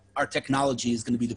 וכל האנשים האלה שמדברים,